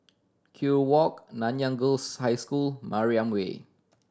Kew Walk Nanyang Girls' High School Mariam Way